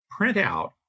printout